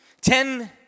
Ten